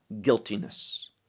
guiltiness